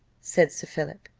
said sir philip.